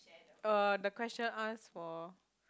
uh the question ask for